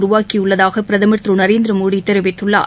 உருவாக்கியுள்ளதாக பிரதமர் திரு நரேந்திரமோடி தெரிவித்துள்ளார்